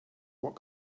what